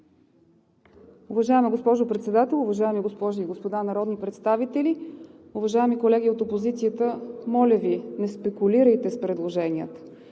Уважаема госпожо Председател, уважаеми госпожи и господа народни представители! Уважаеми колеги от опозицията, моля Ви, не спекулирайте с предложенията.